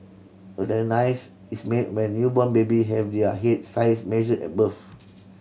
a diagnosis is made when newborn baby have their head size measured at birth